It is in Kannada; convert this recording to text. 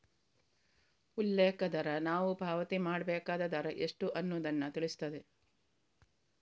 ಉಲ್ಲೇಖ ದರ ನಾವು ಪಾವತಿ ಮಾಡ್ಬೇಕಾದ ದರ ಎಷ್ಟು ಅನ್ನುದನ್ನ ತಿಳಿಸ್ತದೆ